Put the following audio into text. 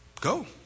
go